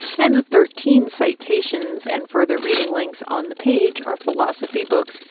and the thirteen citations and further reading links on the page are philosophy books,